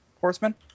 horsemen